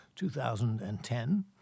2010